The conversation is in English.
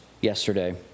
yesterday